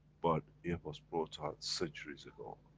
but it was brought out centuries ago,